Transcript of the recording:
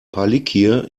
palikir